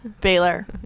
Baylor